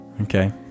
okay